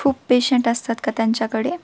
खूप पेशंट असतात का त्यांच्याकडे